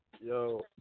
Yo